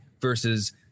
versus